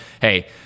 hey